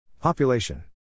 Population